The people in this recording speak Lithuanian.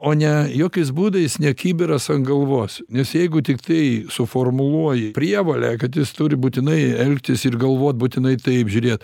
o ne jokiais būdais ne kibiras ant galvos nes jeigu tiktai suformuluoji prievolę kad jis turi būtinai elgtis ir galvot būtinai taip žiūrėt